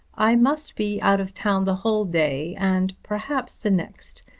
i must be out of town the whole day, and perhaps the next.